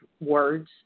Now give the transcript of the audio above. words